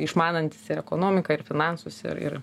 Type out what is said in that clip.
išmanantis ir ekonomiką ir finansus ir ir